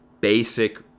basic